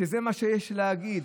שזה מה שיש להגיד.